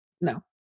No